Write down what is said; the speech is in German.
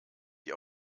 die